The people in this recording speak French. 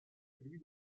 celui